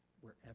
wherever